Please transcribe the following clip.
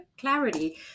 clarity